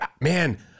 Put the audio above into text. Man